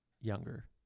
younger